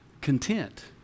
content